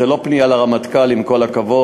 זו לא פנייה לרמטכ"ל, עם כל הכבוד.